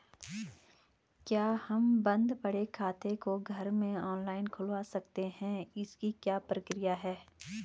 क्या हम बन्द पड़े खाते को घर में ऑनलाइन खोल सकते हैं इसकी क्या प्रक्रिया है?